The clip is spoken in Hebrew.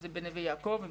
בנווה יעקב,